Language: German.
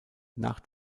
nach